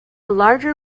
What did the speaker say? larger